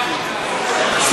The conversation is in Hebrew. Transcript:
חודשיים.